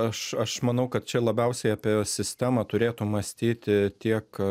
aš aš manau kad čia labiausiai apie sistemą turėtų mąstyti tiek